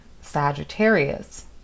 Sagittarius